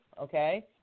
okay